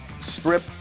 strip